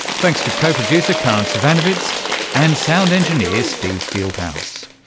thanks to co-producer karin zsivanovits and sound engineer steve fieldhouse.